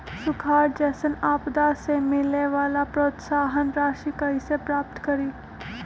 सुखार जैसन आपदा से मिले वाला प्रोत्साहन राशि कईसे प्राप्त करी?